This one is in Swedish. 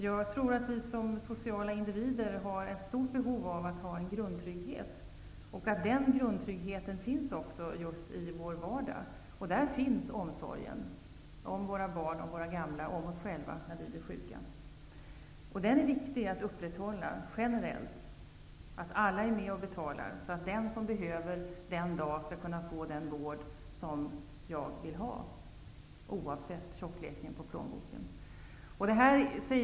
Jag tror att vi som sociala individer har ett stort behov av en grundtrygghet som finns i vår vardag. Där finns omsorgen om våra barn, våra gamla och oss själva, när vi blir sjuka. Den är viktig att upprätthålla generellt. Det är viktigt att alla är med och betalar, så att den som behöver vård en dag skall få den vård han vill ha, oavsett tjockleken på plånboken.